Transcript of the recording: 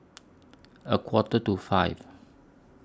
A Quarter to five